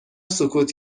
سکوت